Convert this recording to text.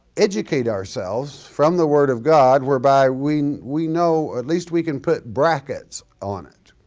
educate ourselves from the word of god whereby we we know, at least we can put brackets on it.